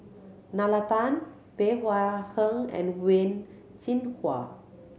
Nalla Tan Bey Hua Heng and Wen Jinhua